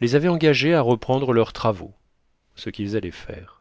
les avait engagés à reprendre leurs travaux ce qu'ils allaient faire